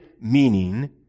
meaning